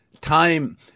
time